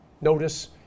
Notice